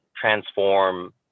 transform